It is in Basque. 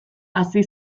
hazi